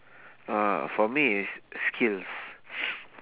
ah for me is skills